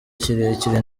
kirekire